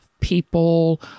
people